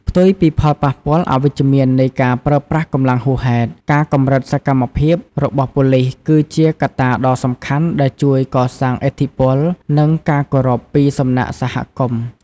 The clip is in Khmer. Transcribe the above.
ផ្ទុយពីផលប៉ះពាល់អវិជ្ជមាននៃការប្រើប្រាស់កម្លាំងហួសហេតុ ការកម្រិតសកម្មភាពរបស់ប៉ូលីស គឺជាកត្តាដ៏សំខាន់ដែលជួយ កសាងឥទ្ធិពល និងការគោរព ពីសំណាក់សហគមន៍។